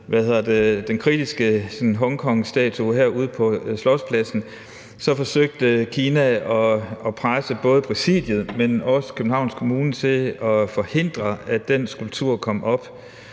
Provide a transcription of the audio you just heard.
den kritiske Hongkongskulptur herude på Slotspladsen, forsøgte Kina at presse både Præsidiet, men også Københavns Kommune til at forhindre, at den skulptur kom op.